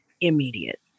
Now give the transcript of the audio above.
immediate